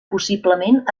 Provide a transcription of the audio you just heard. possiblement